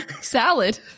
Salad